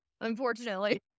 unfortunately